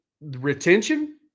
Retention